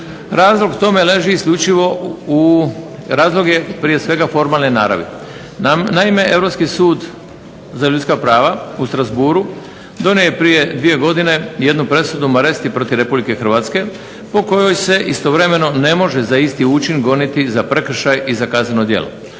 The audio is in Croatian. Razlog tome leži isključivo, razlog je prije svega formalne naravi. Naime, Europski sud za ljudska prava u Strasbourgu donio je prije dvije godine jednu presudu Maresti protiv RH po kojoj se istovremeno ne može za isti učin goniti za prekršaj i za kazneno djelo.